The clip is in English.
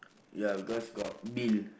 ya because got bill